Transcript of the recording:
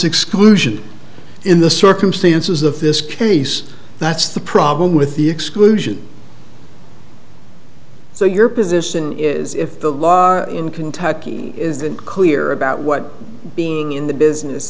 exclusion in the circumstances of this case that's the problem with the exclusion so your position is if the law in kentucky isn't clear about what being in the business